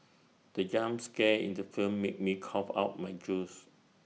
the jump scare in the film made me cough out my juice